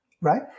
right